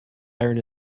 iron